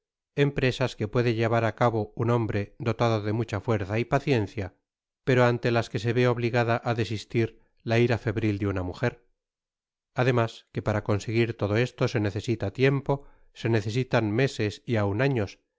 empresas que puede llevar á cabo un hombre dotado de mucba fuerza y paciencia pero ante las que se ve obligada á desistir la ira febril de una mujer además que para conseguir todo esto se necesita tiempo se necesitan meses y aun años